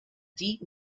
deep